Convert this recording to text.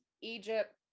Egypt